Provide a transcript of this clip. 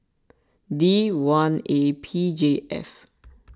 D one A P J F